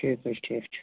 ٹھیٖک حظ چھُ ٹھیٖک چھُ